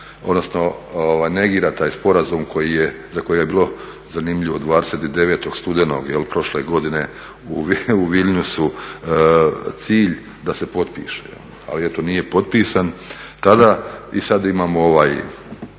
odnosno negira taj sporazum za koji je bilo zanimljivo 29. studenog prošle godine u … cilj da se potpiše. Ali eto, nije potpisan tada i sada imamo ovaj